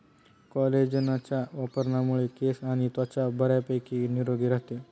कोलेजनच्या वापरामुळे केस आणि त्वचा बऱ्यापैकी निरोगी राहते